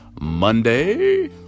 Monday